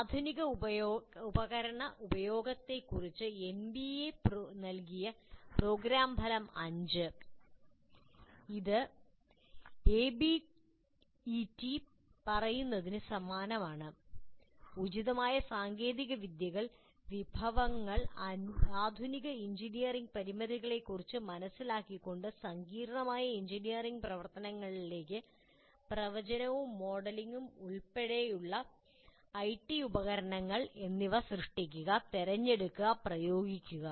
ആധുനിക ഉപകരണ ഉപയോഗത്തെക്കുറിച്ച് എൻബിഎ നൽകിയ പ്രോഗ്രാം ഫലം 5 നോക്കിയാൽ ഇത് എബിഇടി പറയുന്നതിനു സമാനമാണ് ഉചിതമായ സാങ്കേതിക വിദ്യകൾ വിഭവങ്ങൾ ആധുനിക എഞ്ചിനീയറിംഗ് പരിമിതികളെക്കുറിച്ച് മനസിലാക്കിക്കൊണ്ട് സങ്കീർണ്ണമായ എഞ്ചിനീയറിംഗ് പ്രവർത്തനങ്ങളിലേക്ക് പ്രവചനവും മോഡലിംഗും ഉൾപ്പെടെയുള്ള ഐടി ഉപകരണങ്ങൾ എന്നിവ സൃഷ്ടിക്കുക തിരഞ്ഞെടുക്കുക പ്രയോഗിക്കുക